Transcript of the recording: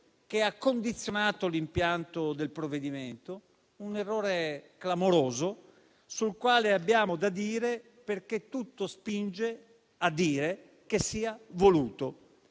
che ha condizionato l'impianto del provvedimento; un errore clamoroso sul quale abbiamo da dire perché tutto spinge a dire che sia voluto.